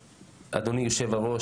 אדוני יושב הראש,